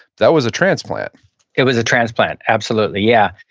that was a transplant it was a transplant, absolutely, yeah.